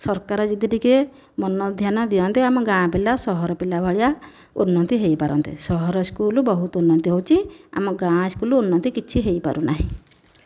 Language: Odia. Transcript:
ସରକାର ଯଦି ଟିକେ ମନ ଧ୍ୟାନ ଦିଅନ୍ତେ ଆମ ଗାଁ ପିଲା ସହର ପିଲା ଭଳିଆ ଉନ୍ନତି ହୋଇପାରନ୍ତେ ସହର ସ୍କୁଲ ବହୁତ ଉନ୍ନତି ହେଉଛି ଆମ ଗାଁ ସ୍କୁଲ ଉନ୍ନତି କିଛି ହୋଇପାରୁ ନାହିଁ